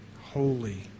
holy